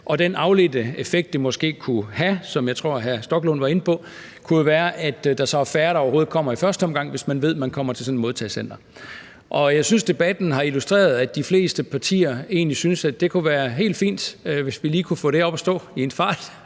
Den afledte effekt, det måske kan have – som jeg tror hr. Stoklund var inde på – er, at der så er færre, der overhovedet kommer i første omgang, hvis man ved, at man kommer til sådan et modtagecenter. Jeg synes, at debatten har illustreret, at de fleste partier egentlig synes, at det kunne være helt fint, hvis vi lige kunne få det op at stå i en fart,